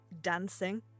dancing